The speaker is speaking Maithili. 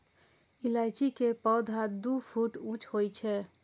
इलायची के पौधा दू फुट ऊंच होइ छै